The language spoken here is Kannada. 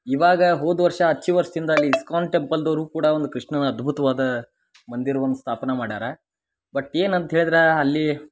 ಇವಾಗ ಹೋದ ವರ್ಷ ಅಚ್ಚಿ ವರ್ಷ್ದಿಂದ ಅಲ್ಲಿ ಇಸ್ಕೋನ್ ಟೆಂಪಲ್ದವರು ಕೂಡ ಒಂದು ಕೃಷ್ಣನ ಅದ್ಭುತವಾದ ಮಂದಿರವನ್ನ ಸ್ಥಾಪನ ಮಾಡ್ಯಾರ ಬಟ್ ಏನು ಅಂತ ಹೇಳ್ದ್ರಾ ಅಲ್ಲಿ